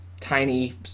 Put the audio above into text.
tiny